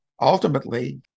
Ultimately